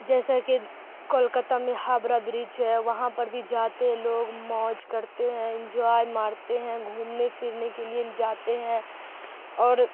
جیسا کہ کولکاتہ میں ہاوڑا برج ہے وہاں پر بھی جاتے ہیں لوگ موج کرتے ہیں انجوائے مارتے ہیں گھومنے پھرنے کے لیے جاتے ہیں اور